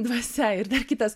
dvasia ir dar kitas